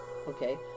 okay